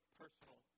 personal